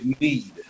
need